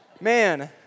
Man